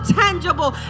tangible